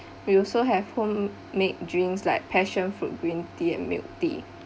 we also have home made drinks like passion fruit green tea and milk tea